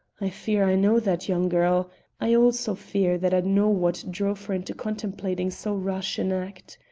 i fear i know that young girl i also fear that i know what drove her into contemplating so rash an act.